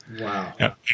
Wow